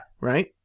Right